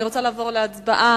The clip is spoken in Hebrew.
אני רוצה לעבור להצבעה.